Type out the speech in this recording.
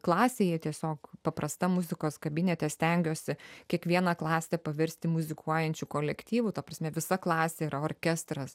klasėje tiesiog paprasta muzikos kabinete stengiuosi kiekvieną klasę paversti muzikuojančiu kolektyvu ta prasme visa klasė yra orkestras